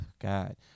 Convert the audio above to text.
God